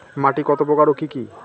মাটি কত প্রকার ও কি কি?